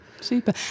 Super